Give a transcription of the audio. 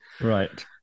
Right